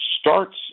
starts